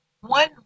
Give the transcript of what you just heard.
One